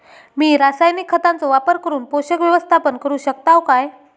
मी रासायनिक खतांचो वापर करून पोषक व्यवस्थापन करू शकताव काय?